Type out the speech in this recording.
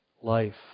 Life